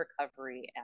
recovery